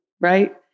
right